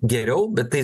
geriau bet tai